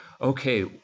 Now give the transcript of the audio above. Okay